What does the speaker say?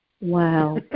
Wow